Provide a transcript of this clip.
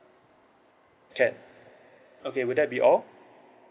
can okay would that be all